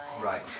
Right